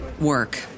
work